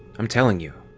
i'm telling you,